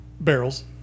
barrels